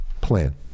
plan